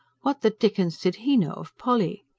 what the dickens did he know of polly?